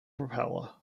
propeller